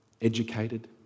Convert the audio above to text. Educated